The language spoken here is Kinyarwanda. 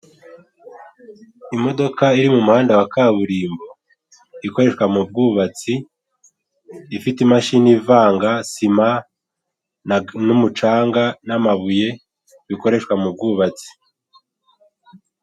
Imodoka iri mu muhanda wa kaburimbo, ikoreshwa mu bwubatsi, ifite imashini ivanga sima, n'umucanga, n'amabuye, bikoreshwa mu bwubatsi.